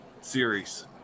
series